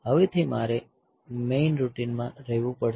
હવેથી મારે મેઇન રૂટિનમાં રહેવું પડશે